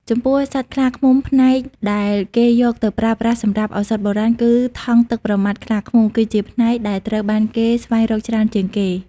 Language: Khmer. ចំពោះសត្វខ្លាឃ្មុំ ផ្នែកដែលគេយកទៅប្រើប្រាស់សម្រាប់ឱសថបុរាណគឺថង់ទឹកប្រមាត់ខ្លាឃ្មុំ គឺជាផ្នែកដែលត្រូវបានគេស្វែងរកច្រើនជាងគេ។